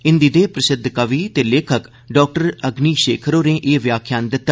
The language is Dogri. हिन्दी दे प्रसिद्व कवि ते लेखक डाक्टर अग्नि शेखर होरें एह् व्याख्यान दिता